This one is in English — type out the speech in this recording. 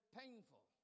painful